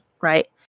right